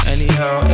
Anyhow